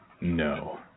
No